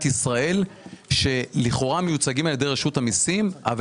ישראל שלכאורה מיוצגים על ידי רשות המיסים אבל